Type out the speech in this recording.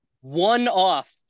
one-off